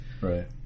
Right